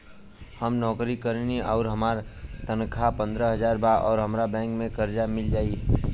हम नौकरी करेनी आउर हमार तनख़ाह पंद्रह हज़ार बा और हमरा बैंक से कर्जा मिल जायी?